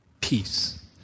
Peace